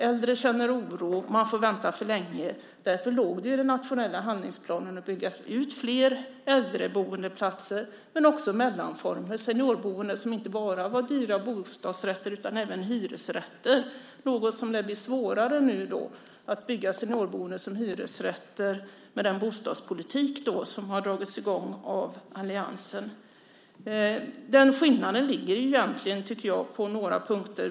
Äldre känner oro, och de får vänta för länge. Därför låg det i den nationella handlingsplanen att bygga ut fler äldreboendeplatser men också mellanformer. Det är seniorboende som inte bara är dyra bostadsrätter utan även hyresrätter. Det lär nu bli svårare att bygga seniorboende som hyresrätter med den bostadspolitik som har dragits i gång av alliansen. Skillnaden ligger egentligen på några punkter.